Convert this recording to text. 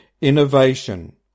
innovation